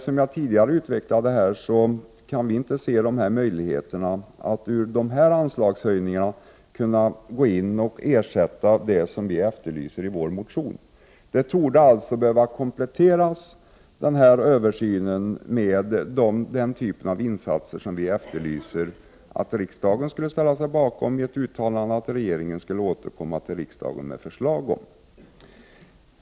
Som jag tidigare utvecklade här kan vi dock inte se möjligheterna att med hjälp av anslagshöjningar gå in och ersätta det som vi efterlyser i vår motion. Man borde alltså komplettera översynen med den typ av insatser som vi efterlyser att riksdagen skall ställa sig bakom och med ett uttalande om att regeringen skall återkomma till riksdagen med förslag.